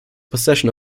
possession